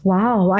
Wow